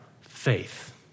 faith